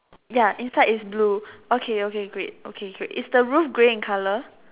ya inside is blue okay okay great okay great is the roof grey in colour